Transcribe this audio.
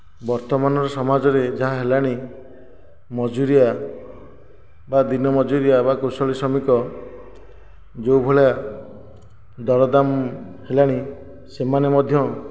ବର୍ତ୍ତମାନର ସମାଜରେ ଯାହା ହେଲାଣି ମଜୁରିଆ ବା ଦିନ ମଜୁରିଆ ବା କୁଶଳୀ ଶ୍ରମିକ ଯେଉଁ ଭଳିଆ ଦରଦାମ ହେଲାଣି ସେମାନେ ମଧ୍ୟ